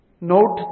Note